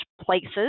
places